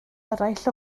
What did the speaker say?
eraill